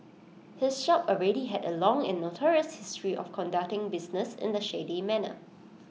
his shop already had A long and notorious history of conducting business in A shady manner